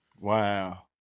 Wow